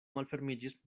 malfermiĝis